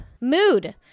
mood